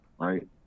right